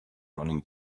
running